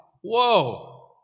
Whoa